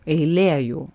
eilė jų